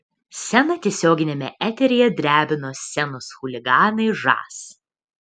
sceną tiesioginiame eteryje drebino scenos chuliganai žas